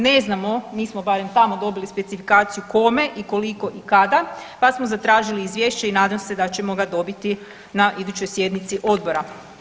Ne znamo, nismo barem tamo dobili specifikaciju kome, koliko i kada pa smo zatražili izvješće i nadam se da ćemo ga dobiti na idućoj sjednici odbora.